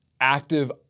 active